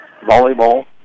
volleyball